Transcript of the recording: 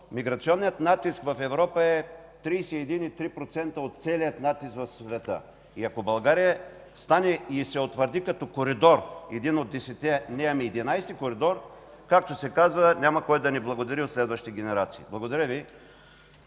миграционният натиск в Европа е 31,3% от целия натиск в света. Ако България стане и се утвърди като коридор – един от десетте, не, ами единадесети коридор, както се казва, няма кой да ни благодари от следващите генерации. Благодаря Ви.